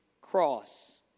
cross